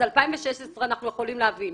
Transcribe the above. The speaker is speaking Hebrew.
אז את 2016 אנחנו יכולים להבין,